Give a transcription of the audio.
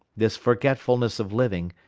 this forgetfulness of living,